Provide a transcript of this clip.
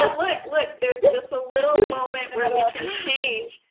ah look, look, there's just a little moment where we can change,